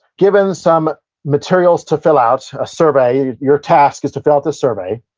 given some materials to fill out, a survey. your task is to fill out this survey.